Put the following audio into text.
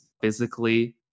physically